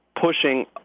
pushing